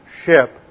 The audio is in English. ship